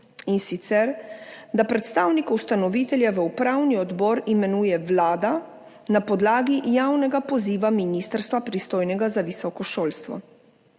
in sicer da predstavnika ustanovitelja v upravni odbor imenuje Vlada na podlagi javnega poziva ministrstva, pristojnega za visoko šolstvo.